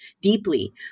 deeply